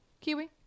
Kiwi